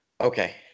okay